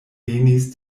venis